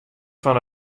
fan